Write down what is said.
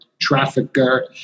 trafficker